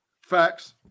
Facts